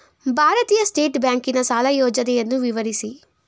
ಭಾರತೀಯ ಸ್ಟೇಟ್ ಬ್ಯಾಂಕಿನ ಸಾಲ ಯೋಜನೆಯನ್ನು ವಿವರಿಸಿ?